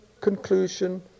conclusion